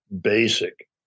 basic